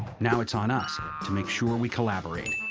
now it's on us to make sure we collaborate.